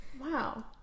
wow